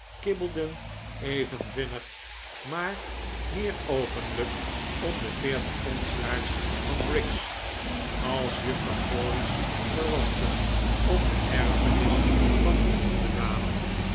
kibbelden even vinnig maar meer openlijk om de veertig pond s jaars van briggs als juffrouw crawley's verwanten om de erfenis van genoemde dame